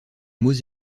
mots